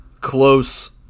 close